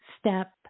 step